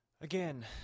Again